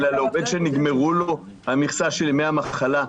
עובד שנגמרה לו מכסת ימי המחלה,